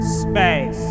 space